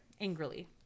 angrily